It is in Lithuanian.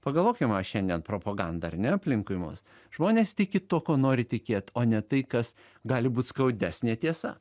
pagalvokim va šiandien propaganda ar ne aplinkui mus žmonės tiki tuo kuo nori tikėt o ne tai kas gali būt skaudesnė tiesa